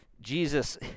Jesus